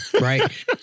Right